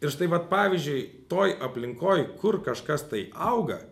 ir štai vat pavyzdžiui toj aplinkoj kur kažkas tai auga